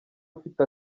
ufite